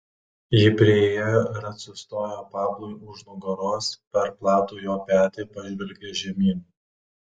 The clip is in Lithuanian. ji priėjo ir atsistojo pablui už nugaros per platų jo petį pažvelgė žemyn